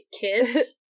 kids